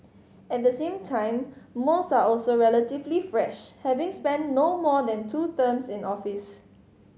at the same time most are also relatively fresh having spent no more than two terms in office